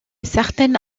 certaines